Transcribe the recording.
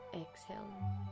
exhale